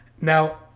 Now